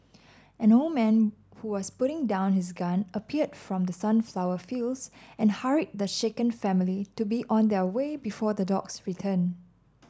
an old man who was putting down his gun appeared from the sunflower fields and hurried the shaken family to be on their way before the dogs return